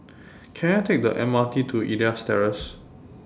Can I Take The M R T to Elias Terrace